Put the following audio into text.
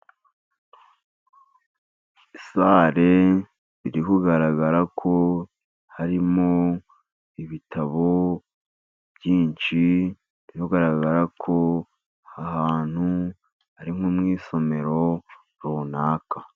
Sale biri kugaragara ko harimo ibitabo byinshi, biri kugaragara ko aha hantu ari nko mu isomero runaka.